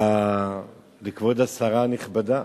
לכבוד השרה הנכבדה,